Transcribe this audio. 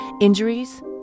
injuries